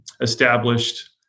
established